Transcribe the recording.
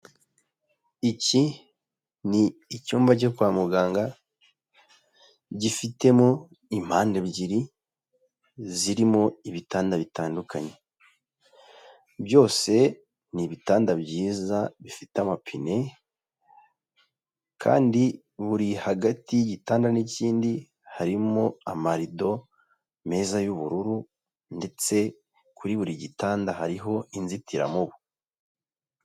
Iki ni icyumba cyo kwa muganga gifitemo impande ebyiri zirimo ibitanda bitandukanye. Byose ni ibitanda byiza bifite amapine, kandi buri hagati y'igitanda n'ikindi harimo amarido meza y'ubururu ndetse kuri buri gitanda hariho inzitiramubu.